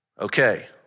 Okay